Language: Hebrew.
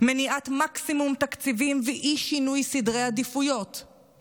מניעת מקסימום תקציבים ואי-שינוי סדרי עדיפויות הם